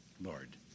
Lord